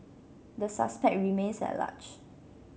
the suspect remains at large